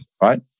Right